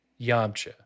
Yamcha